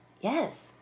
yes